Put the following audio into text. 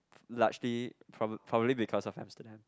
largely probab~ probably because of Amsterdam